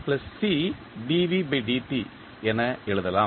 என எழுதலாம்